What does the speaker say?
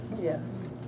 Yes